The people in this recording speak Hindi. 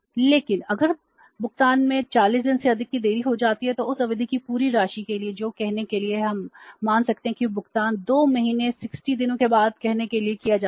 लेकिन अगर भुगतान में 40 दिनों से अधिक की देरी हो जाती है तो उस अवधि की पूरी राशि के लिए जो कहने के लिए है हम मान सकते हैं कि भुगतान 2 महीने 60 दिनों के बाद कहने के लिए किया गया है